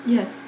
Yes